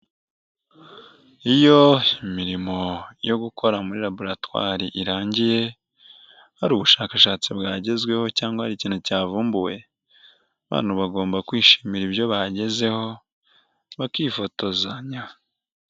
Iyo imirimo yo gukora muri laboratware irangiye hari ubushakashatsi bwagezweho cyangwa hari ikintu cyavumbuwe abantu bagomba kwishimira ibyo bagezeho bakifotozanya.